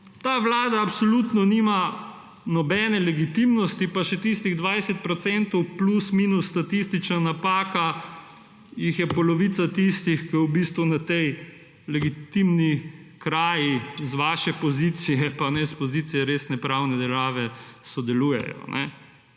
Ta vlada absolutno nima nobene legitimnosti, pa še tistih 20 procentov, plus, minus statistična napaka, jih je polovica tistih, ki v bistvu na tej legitimni kraji z vaše pozicije, pa ne s pozicije resne pravne veljave sodelujejo.